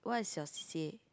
what is your C_c_A